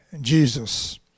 Jesus